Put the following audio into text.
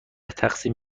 تقسیم